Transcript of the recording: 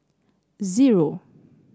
zero